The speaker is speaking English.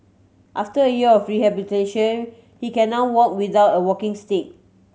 after a year of rehabilitation he can now walk without a walking stick